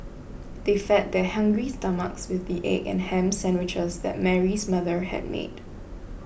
they fed their hungry stomachs with the egg and ham sandwiches that Mary's mother had made